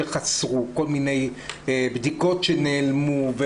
כל מיני בדיקות שנעלמו.